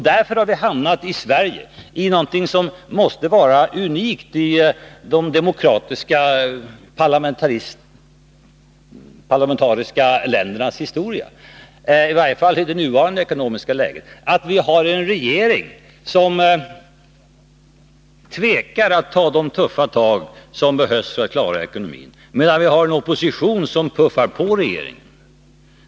Därför har vi i Sverige hamnat i något som måste vara unikt i de demokratiska parlamentariska ländernas historia — i varje fall i det nuvarande ekonomiska läget — nämligen att vi har en regering som tvekar att ta de tuffa tag som behövs för att klara ekonomin, medan vi har en opposition som puffar på regeringen.